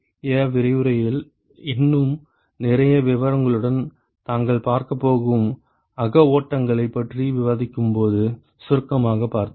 நாளைய விரிவுரையில் இன்னும் நிறைய விவரங்களுடன் தாங்கள் பார்க்கப்போகும் அக ஓட்டங்களைப் பற்றி விவாதிக்கும்போது சுருக்கமாகப் பார்த்தோம்